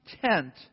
content